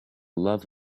love